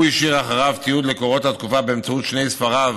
הוא השאיר אחריו תיעוד של קורות התקופה בשני ספריו,